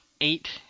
eight